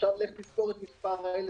עכשיו לך תספור את מספר הילד.